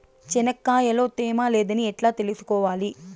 చెనక్కాయ లో తేమ లేదని ఎట్లా తెలుసుకోవాలి?